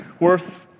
worth